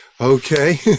Okay